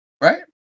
right